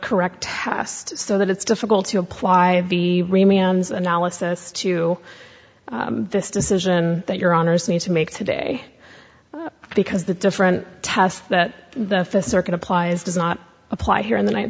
correct past so that it's difficult to apply the analysis to this decision that your honors need to make today because the different tests that the fist circuit applies does not apply here in the ninth